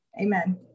Amen